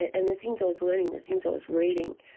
and the things i was learning, the things i was reading,